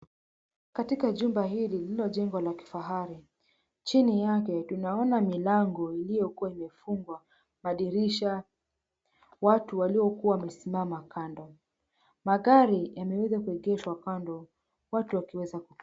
Katika jumba hili lililojengwa la kifahari chini yake, tunaona milango iliyokuwa imefungwa madirisha watu waliokuwa wamesimama kando magari yameweza kuegeshwa kando watu wakiweza kupanda.